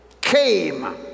came